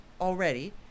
Already